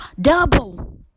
Double